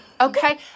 okay